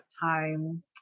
time